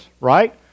right